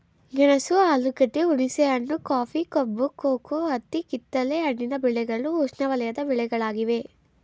ಗೆಣಸು ಆಲೂಗೆಡ್ಡೆ, ಹುಣಸೆಹಣ್ಣು, ಕಾಫಿ, ಕಬ್ಬು, ಕೋಕೋ, ಹತ್ತಿ ಕಿತ್ತಲೆ ಹಣ್ಣಿನ ಬೆಳೆಗಳು ಉಷ್ಣವಲಯದ ಬೆಳೆಗಳಾಗಿವೆ